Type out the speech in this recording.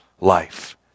Life